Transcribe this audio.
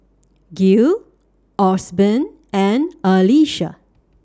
Gil Osborn and Alysha